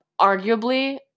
arguably